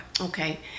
Okay